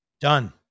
Done